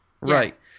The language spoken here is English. Right